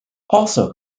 also